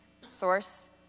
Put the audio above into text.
source